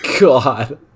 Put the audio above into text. God